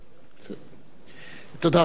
תודה רבה למשפחת עזרא.